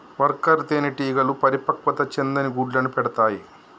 worker తేనెటీగలు పరిపక్వత చెందని గుడ్లను పెడతాయి